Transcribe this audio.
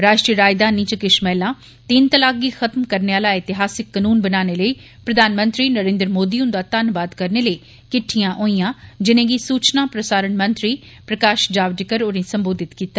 राष्ट्रीय राजधानी च किश महिलां तीन तलाक गी खत्म करने आला ऐतिहासिक कानून बनाने लेई प्रधानमंत्री नरेन्द्र मोदी हुंदा धन्नवाद करने लेई किट्ठियां होईयां जिनेंगी सूचना प्रसारण मंत्री प्रकाश जावडेकर होरे संबोधित कीता